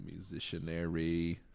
Musicianary